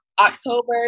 October